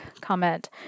comment